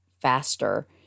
faster